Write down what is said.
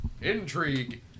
Intrigue